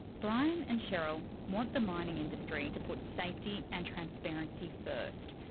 brian and cheryl want the mining industry to put safety and transparency first.